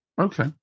okay